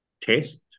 test